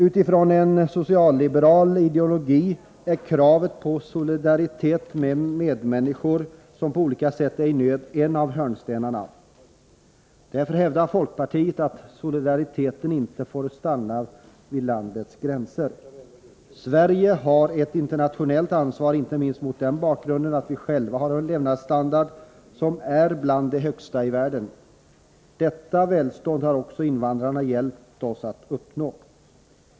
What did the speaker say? Utifrån en socialliberal ideologi är kravet på solidaritet med medmänniskor som på olika sätt är i nöd en av hörnstenarna. Därför hävdar folkpartiet att solidariteten inte får stanna vid landets gränser. Sverige har ett internationellt ansvar, inte minst mot den bakgrunden att vi själva har en levnadsstandard som är bland de högsta i världen. Detta välstånd har invandrarna hjälpt oss att uppnå.